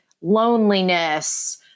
loneliness